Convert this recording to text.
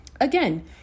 Again